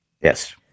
Yes